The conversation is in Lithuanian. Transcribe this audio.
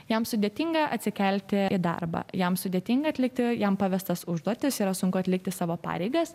jam sudėtinga atsikelti į darbą jam sudėtinga atlikti jam pavestas užduotis yra sunku atlikti savo pareigas